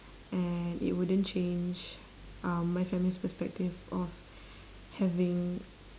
and it wouldn't change um my family's perspective of having